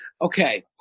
Okay